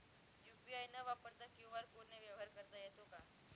UPI न वापरता QR कोडने व्यवहार करता येतो का?